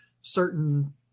certain